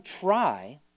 try